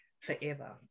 forever